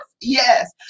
Yes